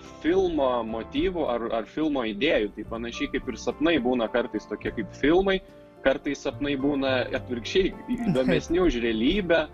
filmo motyvų ar filmo idėjų tai panašiai kaip ir sapnai būna kartais tokie kaip filmai kartais sapnai būna atvirkščiai įdomesni už realybę